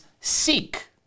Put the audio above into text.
seek